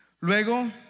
Luego